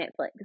Netflix